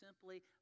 simply